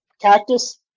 cactus